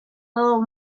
little